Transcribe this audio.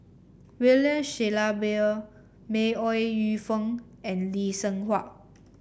William Shellabear May Ooi Yu Fen and Lee Seng Huat